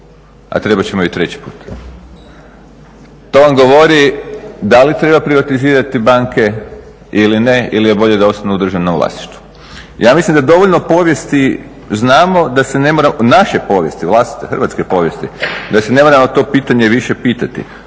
a trebat ćemo i treći put. To vam govori da li treba privatizirati banke ili ne, ili je bolje da ostanu u državnom vlasništvu. Ja mislim da dovoljno povijesti znamo da se ne mora, naše povijesti vlastite hrvatske povijesti, da se ne moramo to pitanje više pitati.